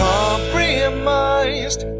Compromised